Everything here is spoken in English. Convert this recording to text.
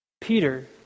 Peter